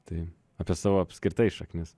tai apie savo apskritai šaknis